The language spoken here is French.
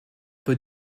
peu